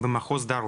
במחוז דרום.